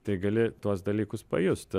tai gali tuos dalykus pajust